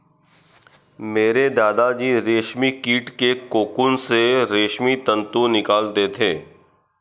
मेरे दादा जी रेशमी कीट के कोकून से रेशमी तंतु निकालते थे